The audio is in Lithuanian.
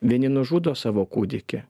vieni nužudo savo kūdikį